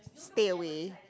stay away